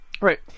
Right